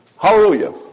Hallelujah